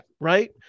right